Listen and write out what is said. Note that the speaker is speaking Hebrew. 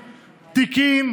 תיקים,